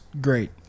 Great